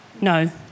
No